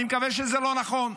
אני מקווה שזה לא נכון,